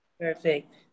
perfect